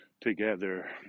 together